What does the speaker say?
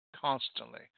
constantly